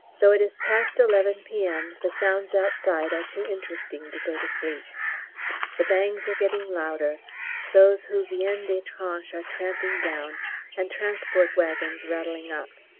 though it is past eleven p m. the sounds outside are too interesting to go to sleep the bangs are getting louder those who viennent des tranches are tramping down and transport waggons rattling up!